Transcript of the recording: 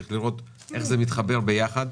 צריך לראות איך זה מתחבר ביחד.